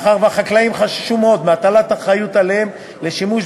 מאחר שהחקלאים חששו מאוד מהטלת אחריות עליהם בגלל שימוש